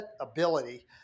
ability